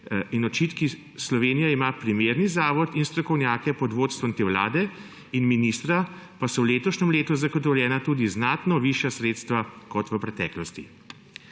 in očitki. Slovenija ima primeren zavod in strokovnjake, pod vodstvom te vlade in ministra pa so v letošnjem letu zagotovljena tudi znatno višja sredstva kot v preteklosti.